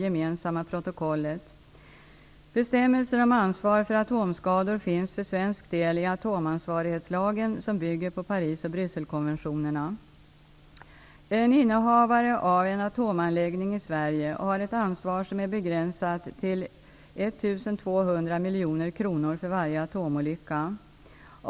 Gemensamma Protokollet. Bestämmelser om ansvar för atomskador finns för svensk del i atomansvarighetslagen som bygger på Paris och En innehavare av en atomanläggning i Sverige har ett ansvar som är begränsat till 1 200 miljoner kronor för varje atomolycka.